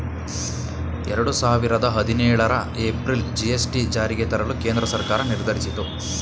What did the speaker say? ಎರಡು ಸಾವಿರದ ಹದಿನೇಳರ ಏಪ್ರಿಲ್ ಜಿ.ಎಸ್.ಟಿ ಜಾರಿಗೆ ತರಲು ಕೇಂದ್ರ ಸರ್ಕಾರ ನಿರ್ಧರಿಸಿತು